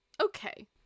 Okay